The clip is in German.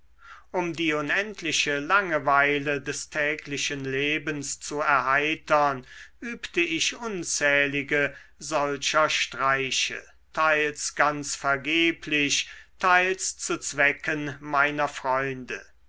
um die unendliche langeweile des täglichen lebens zu erheitern übte ich unzählige solcher streiche teils ganz vergeblich teils zu zwecken meiner freunde